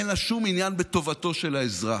אין לה שום עניין בטובתו של האזרח.